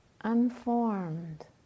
unformed